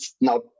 now